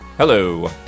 Hello